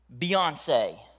Beyonce